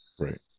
Right